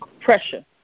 pressure